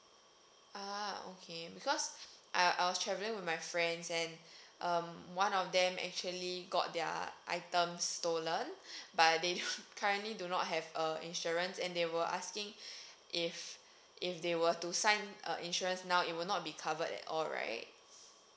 ah okay because uh I was travelling with my friends and um one of them actually got their item stolen but they currently do not have a insurance and they were asking if if they were to sign a insurance now it will not be covered at all right